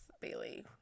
Bailey